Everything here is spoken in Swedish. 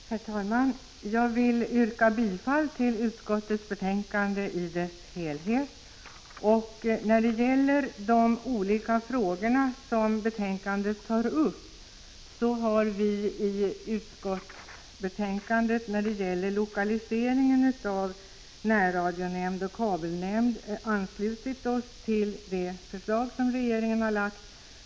Herr talman! Jag vill yrka bifall till utskottets hemställan i dess helhet. Beträffande de olika frågor som tas upp i betänkandet har vi i utskottet 33 anslutit oss till det förslag som regeringen har lagt fram när det gäller lokaliseringen av närradiooch kabelnämnderna.